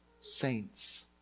saints